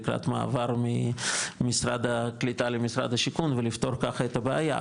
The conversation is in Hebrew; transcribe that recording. לקראת מעבר ממשרד הקליטה למשרד השיכון ולפתור ככה את הבעיה,